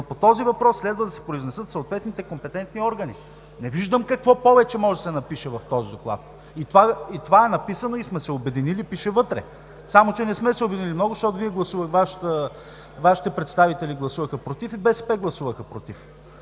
но по този въпрос следва да се произнесат съответните компетентни органи.“ Не виждам какво повече може да се напише в този Доклад. И това е написано, и сме се обединили, пише вътре. Само че не сме се обединили много, защото Вашите представители гласуваха „против“. И БСП гласуваха „против“.